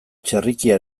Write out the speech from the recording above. txerrikia